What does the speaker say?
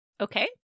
okay